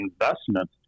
investment